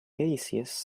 gaseous